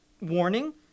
warning